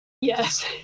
yes